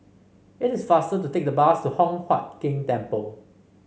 it is faster to take the bus to Hock Huat Keng Temple